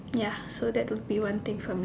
ya so that would be one thing for me